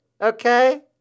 Okay